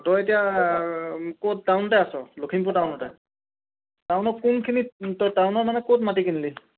তই এতিয়া ক'ত টাউনতে আছ লখিমপুৰ টাউনতে টাউনত কোনখিনিত তই টাউনৰ মানে ক'ত মাটি কিনিলি